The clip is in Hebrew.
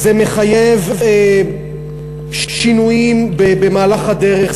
זה מחייב שינויים במהלך הדרך,